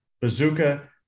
bazooka